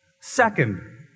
Second